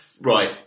Right